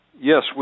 yes